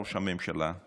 ראש הממשלה,